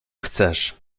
chcesz